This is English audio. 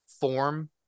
form